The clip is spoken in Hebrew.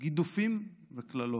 גידופים וקללות,